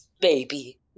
baby